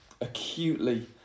acutely